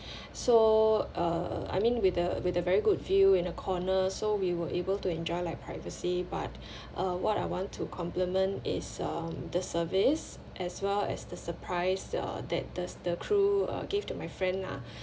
so uh I mean with a with a very good view in a corner so we were able to enjoy like privacy but uh what I want to compliment is um the service as well as the surprise uh that does the crew uh gave to my friend lah